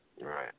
Right